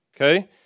okay